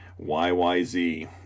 YYZ